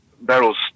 barrels